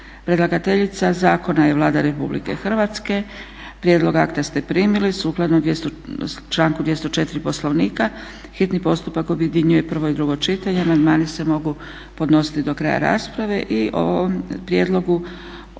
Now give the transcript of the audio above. Predlagateljica zakona je Vlada RH. Prijedlog akta ste primili. Sukladno članku 204. Poslovnika hitni postupak objedinjuje prvo i drugo čitanje. Amandmani se mogu podnositi do kraja rasprave. I o ovom prijedlogu